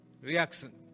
reaction